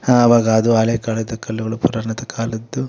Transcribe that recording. ಆವಾಗ ಅದು ಹಳೆಕಾಲದ ಕಲ್ಲುಗಳು ಪುರಾಣದ ಕಾಲದ್ದು